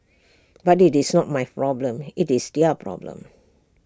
but IT is not my problem IT is their problem